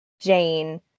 Jane